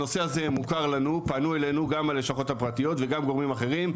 הנושא מוכר לנו פנו אלינו גם הלשכות הפרטיות וגם גורמים אחרים.